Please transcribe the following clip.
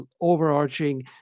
overarching